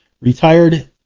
retired